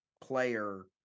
player